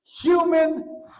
human